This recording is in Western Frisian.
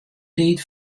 tiid